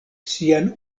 sian